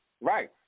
Right